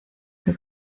que